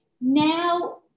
Now